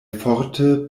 forte